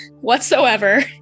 whatsoever